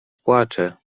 płacze